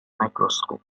microscope